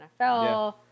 NFL